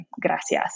gracias